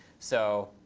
so